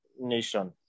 nation